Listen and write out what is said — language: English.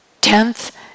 Tenth